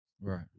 Right